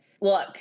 Look